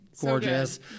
gorgeous